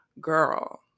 girl